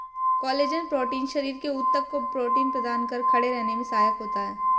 collagen protein शरीर के ऊतक को प्रोटीन प्रदान कर खड़े रहने में सहायक होता है